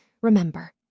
remember